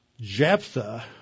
Jephthah